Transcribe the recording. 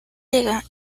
llega